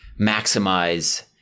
maximize